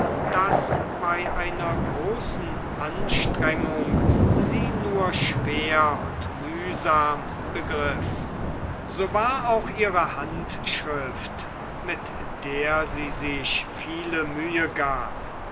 daß bei einer großen anstrengung sie nur schwer und mühsam begriff so war auch ihre handschrift mit der sie sich viele mühe gab